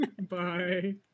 Bye